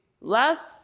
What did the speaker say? last